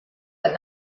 but